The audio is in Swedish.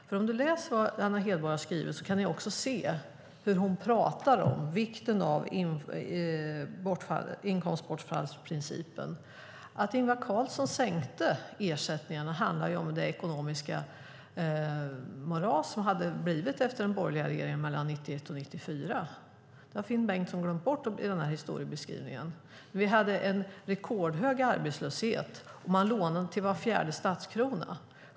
Om ni gör det kan ni också se vad hon har att säga om vikten av inkomstbortfallsprincipen. Att Ingvar Carlsson sänkte ersättningarna berodde på det ekonomiska moras som hade blivit kvar efter den borgerliga regering som styrde mellan 1991 och 1994. Det har Finn Bengtsson glömt bort i historieskrivningen. Vi hade en rekordhög arbetslöshet. Man lånade till var fjärde statskrona.